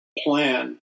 plan